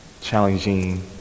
challenging